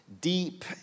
deep